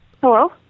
Hello